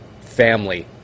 family